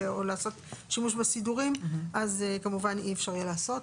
לעשות שימוש בסידורים אז כמובן אי אפשר יהיה לעשות.